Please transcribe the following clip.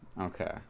Okay